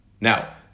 Now